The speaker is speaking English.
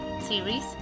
Series